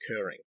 occurring